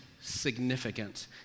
significant